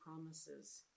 promises